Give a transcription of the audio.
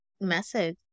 message